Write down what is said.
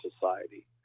Society